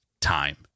time